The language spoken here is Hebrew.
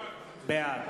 בעד